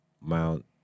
Mount